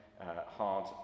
hard